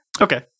Okay